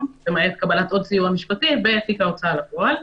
למעט קבלת עוד סיוע משפטי ותיק ההוצאה לפועל.